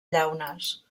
llaunes